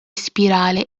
spirale